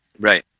Right